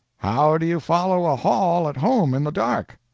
how do you follow a hall at home in the dark?